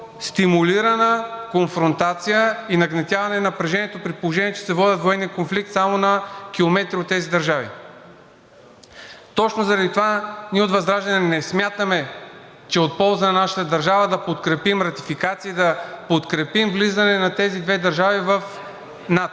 стимулирана конфронтация и нагнетяване на напрежението, при положение че се водят военни конфликти само на километри от тези държави. Точно заради това ние от ВЪЗРАЖДАНЕ не смятаме, че е от полза на нашата държава да подкрепим Ратификацията, да подкрепим влизане на тези две държави в НАТО.